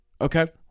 okay